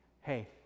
hey